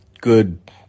good